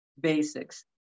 basics